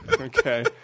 Okay